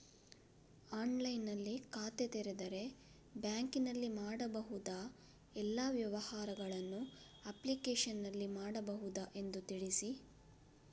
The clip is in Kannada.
ಆನ್ಲೈನ್ನಲ್ಲಿ ಖಾತೆ ತೆರೆದರೆ ಬ್ಯಾಂಕಿನಲ್ಲಿ ಮಾಡಬಹುದಾ ಎಲ್ಲ ವ್ಯವಹಾರಗಳನ್ನು ಅಪ್ಲಿಕೇಶನ್ನಲ್ಲಿ ಮಾಡಬಹುದಾ ಎಂದು ತಿಳಿಸಿ?